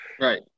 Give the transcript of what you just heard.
Right